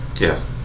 Yes